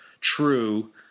true